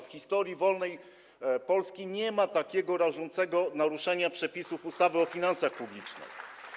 W historii wolnej Polski nie ma tak rażącego naruszenia przepisów ustawy o finansach publicznych.